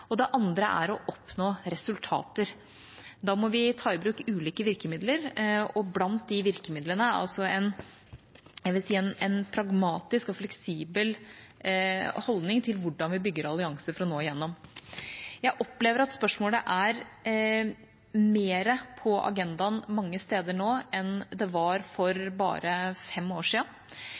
og det andre er å oppnå resultater. Da må vi ta i bruk ulike virkemidler, og blant de virkemidlene er altså det jeg vil si er en pragmatisk og fleksibel holdning til hvordan vi bygger allianser for å nå gjennom. Jeg opplever at spørsmålet er mer på agendaen mange steder nå enn det var for bare fem år